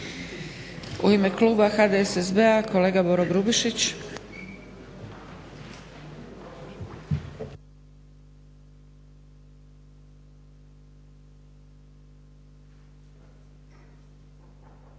U ime Kluba HDSSB-a kolega Boro Grubišić.